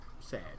sad